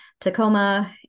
tacoma